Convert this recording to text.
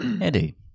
eddie